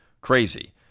crazy